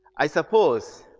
i suppose